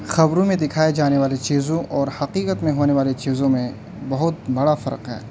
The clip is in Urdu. خبروں میں دکھائے جانے والی چیزوں اور حقیقت میں ہونے والی چیزوں میں بہت بڑا فرق ہے